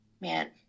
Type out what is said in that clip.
man